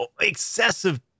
excessive